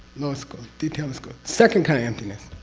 lowest school, detailist school. second kind of emptiness?